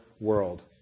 world